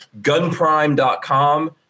Gunprime.com